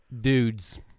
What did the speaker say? Dudes